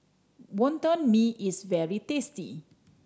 Wonton Mee is very tasty